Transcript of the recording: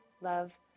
love